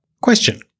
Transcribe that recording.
Question